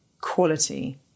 quality